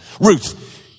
Ruth